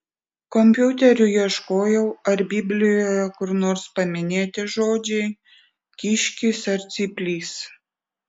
kompiuteriu ieškojau ar biblijoje kur nors paminėti žodžiai kiškis ar cyplys